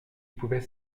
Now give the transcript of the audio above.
pouvait